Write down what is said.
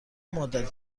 مدت